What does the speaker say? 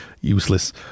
useless